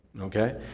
okay